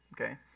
Okay